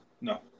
No